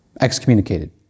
excommunicated